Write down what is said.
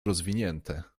rozwinięte